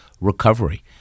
recovery